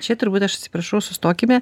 čia turbūt aš atsiprašau sustokime